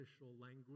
language